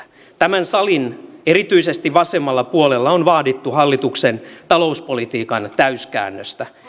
tämän salin erityisesti vasemmalla puolella on vaadittu hallituksen talouspolitiikan täyskäännöstä